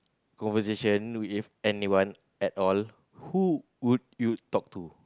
conversation with anyone at all who would you talk to